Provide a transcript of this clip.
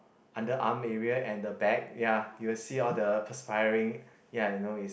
underarm area and the back ya you will see all the perspiring ya you know is